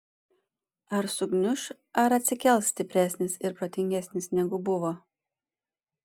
ar sugniuš ar atsikels stipresnis ir protingesnis negu buvo